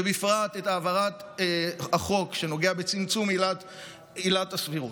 ובפרט את העברת החוק שנוגע בצמצום עילת הסבירות.